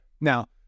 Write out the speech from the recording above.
Now